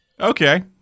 okay